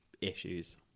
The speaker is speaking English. issues